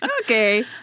okay